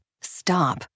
stop